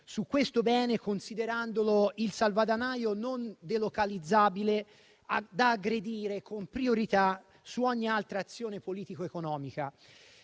su questo bene, considerandolo il salvadanaio non delocalizzabile da aggredire con priorità su ogni altra azione politico-economica.